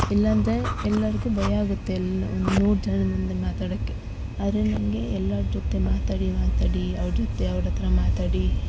ಇಲ್ಲಾಂದರೆ ಎಲ್ಲರಿಗು ಭಯ ಆಗತ್ತೆ ಎಲ್ಲ ಒಂದು ನೂರು ಜನದ ಮುಂದೆ ಮಾತಾಡೋಕೆ ಆದರೆ ನಂಗೆ ಎಲ್ಲರ ಜೊತೆ ಮಾತಾಡಿ ಮಾತಾಡಿ ಅವ್ರ ಜೊತೆ ಅವ್ರಹತ್ರ ಮಾತಾಡಿ